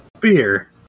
Beer